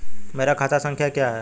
मेरा खाता संख्या क्या है?